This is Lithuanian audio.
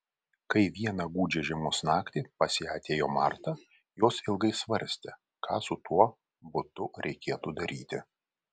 kai vieną gūdžią žiemos naktį pas ją atėjo marta jos ilgai svarstė ką su tuo butu reikėtų daryti